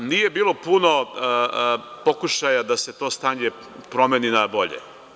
Nije bilo puno pokušaja da se to stanje promeni na bolje.